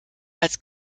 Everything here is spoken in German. als